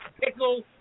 pickle